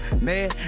Man